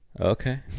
Okay